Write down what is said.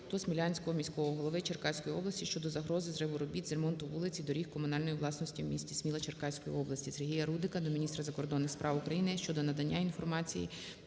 до Смілянського міського голови Черкаської області щодо загрози зриву робіт з ремонту вулиць і доріг комунальної власності у місті Сміла Черкаської області. Сергія Рудика до міністра закордонних справ України щодо надання інформації